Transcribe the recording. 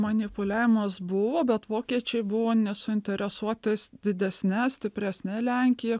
manipuliavimas buvo bet vokiečiai buvo nesuinteresuotas didesne stipresne lenkija